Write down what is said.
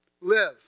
live